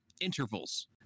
intervals